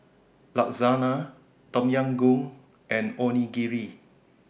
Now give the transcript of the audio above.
Lasagna Tom Yam Goong and Onigiri